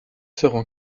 seront